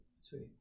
Sweet